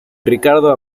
ricardo